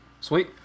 sweet